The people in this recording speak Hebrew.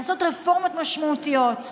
לעשות רפורמות משמעותיות.